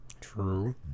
True